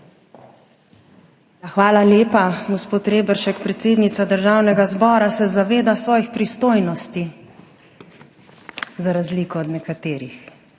Hvala lepa, gospod Reberšek. Predsednica Državnega zbora se zaveda svojih pristojnosti, za razliko od nekaterih.